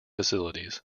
facilities